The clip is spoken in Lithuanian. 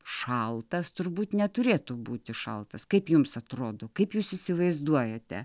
šaltas turbūt neturėtų būti šaltas kaip jums atrodo kaip jūs įsivaizduojate